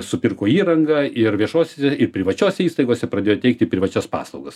supirko įrangą ir viešosiose ir privačiose įstaigose pradėjo teikti privačias paslaugas